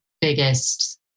biggest